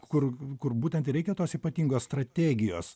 kur kur būtent ir reikia tos ypatingos strategijos